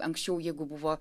anksčiau jėgų buvo